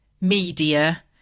media